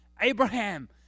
Abraham